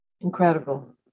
Incredible